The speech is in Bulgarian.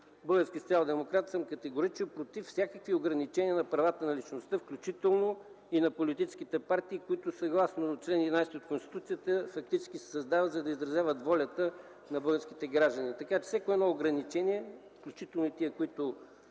български социалдемократ съм категорично против всякакви ограничения на правата на личността, включително и на политическите партии, които съгласно чл. 11 от Конституцията фактически се създават, за да изразяват волята на българските граждани. Всяко едно ограничение, включително и тези, които